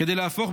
כדי להפוך,